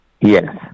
Yes